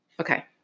okay